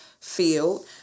field